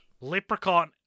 leprechaun